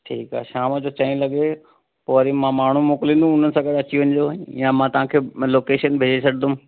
ठीकु आहे शाम जो चई लगे पोइ वरी मां माण्हू मोकलींदुमि उनसां गॾु अची वञिजो साईं या मां तव्हांखे मतिलबु लोकेशन भेजे छॾिंदुमि